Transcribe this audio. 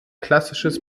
klassisches